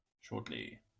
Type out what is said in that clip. shortly